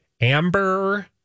Amber